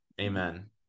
Amen